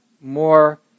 more